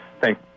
thank